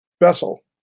vessel